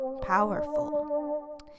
powerful